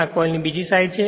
આ કોઇલની બીજી સાઈડ છે